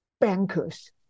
bankers